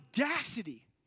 audacity